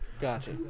Gotcha